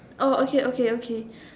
oh okay okay okay